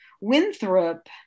Winthrop